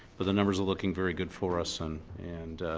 but the numbers are looking very good for us and and